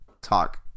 talk